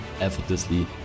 effortlessly